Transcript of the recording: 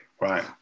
Right